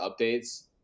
updates